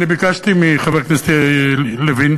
ואני ביקשתי מחבר הכנסת יריב לוין